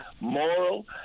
moral